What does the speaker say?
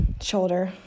shoulder